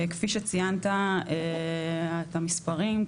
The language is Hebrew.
כפי שציינת את המספרים,